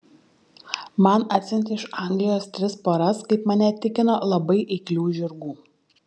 man atsiuntė iš anglijos tris poras kaip mane tikino labai eiklių žirgų